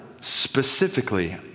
specifically